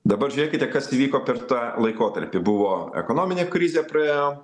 dabar žiūrėkite kas įvyko per tą laikotarpį buvo ekonominė krizė praėjo